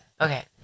Okay